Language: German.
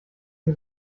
sie